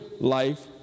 life